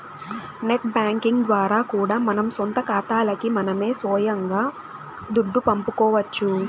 net banking ద్వారా కూడా మన సొంత కాతాలకి మనమే సొయంగా దుడ్డు పంపుకోవచ్చు